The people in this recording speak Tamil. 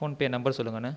ஃபோன்பே நம்பர் சொல்லுங்கண்ணே